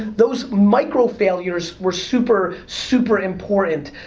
those microfailures were super, super important.